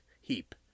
heap